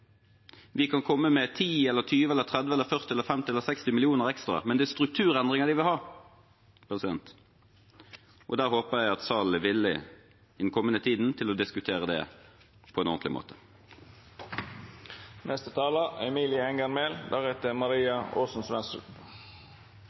Vi kan komme med 10, 20, 30, 40, 50 eller 60 mill. kr ekstra, men det er strukturendringer de vil ha. Da håper jeg salen i den kommende tiden er villig til å diskutere det på en ordentlig måte.